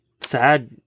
sad